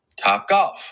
Topgolf